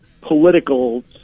political